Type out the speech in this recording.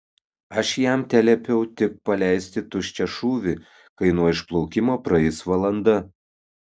aš jam teliepiau tik paleisti tuščią šūvį kai nuo išplaukimo praeis valanda